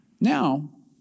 Now